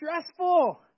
stressful